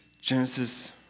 Genesis